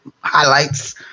highlights